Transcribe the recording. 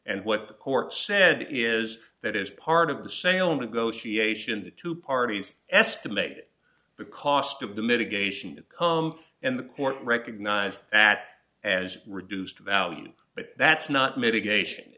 and what the court said is that as part of the sale negotiation the two parties estimate the cost of the mitigation to come and the court recognized that as reduced value but that's not mitigation